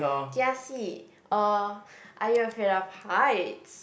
kiasi or are you afraid of heights